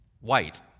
white